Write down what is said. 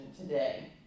today